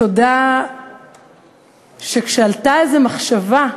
בתודה על כך שכשעלתה איזו מחשבה,